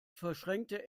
verschränkte